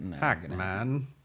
Hackman